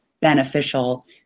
beneficial